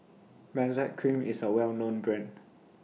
Benzac Cream IS A Well known Brand